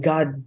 God